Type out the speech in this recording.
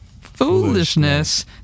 Foolishness